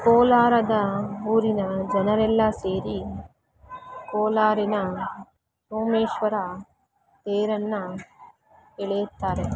ಕೋಲಾರದ ಊರಿನ ಜನರೆಲ್ಲ ಸೇರಿ ಕೋಲಾರಿನ ಸೋಮೇಶ್ವರ ತೇರನ್ನು ಎಳೆಯುತ್ತಾರೆ